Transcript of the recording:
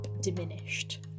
diminished